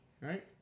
right